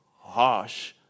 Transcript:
harsh